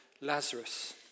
Lazarus